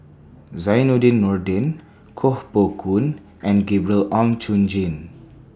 Zainudin Nordin Koh Poh Koon and Gabriel Oon Chong Jin